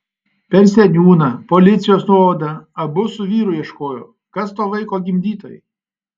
per seniūną policijos nuovadą abu su vyru ieškojo kas to vaiko gimdytojai